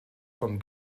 von